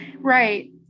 Right